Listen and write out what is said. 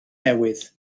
newydd